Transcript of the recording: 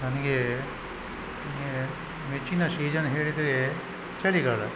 ನನಗೆ ನೆಚ್ಚಿನ ಸೀಸನ್ ಹೇಳಿದರೆ ಚಳಿಗಾಲ